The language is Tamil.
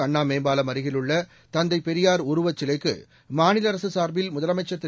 அண்ணா மேம்பாலம் அருகில் உள்ள தந்தைப் பெரியார் உருவச் சிலைக்கு மாநில அரசு சார்பில் முதலமைச்சர் திரு